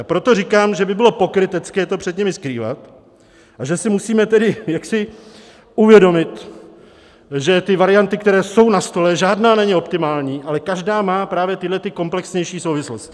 Proto říkám, že by bylo pokrytecké to před nimi skrývat a že si musíme tedy uvědomit, že ty varianty, které jsou na stole, žádná není optimální, ale každá má právě tyhlety komplexnější souvislosti.